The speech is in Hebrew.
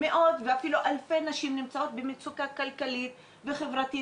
מאות ואפילו אלפי נשים נמצאות במצוקה כלכלית וחברתית